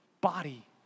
body